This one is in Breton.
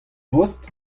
post